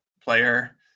player